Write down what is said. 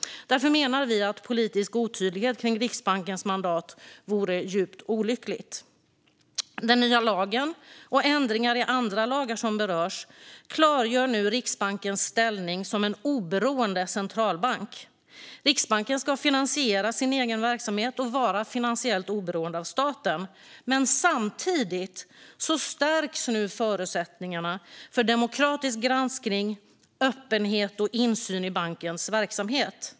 Därför menar vi att en politisk otydlighet om Riksbankens mandat vore djupt olycklig. Den nya lagen och ändringar i andra lagar som berörs klargör nu Riksbankens ställning som en oberoende centralbank. Riksbanken ska finansiera sin egen verksamhet och vara finansiellt oberoende av staten. Samtidigt stärks nu förutsättningarna för demokratisk granskning, öppenhet och insyn i bankens verksamhet.